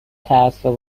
تعصب